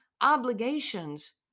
obligations